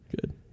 Good